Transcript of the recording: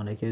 অনেকে